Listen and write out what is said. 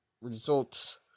results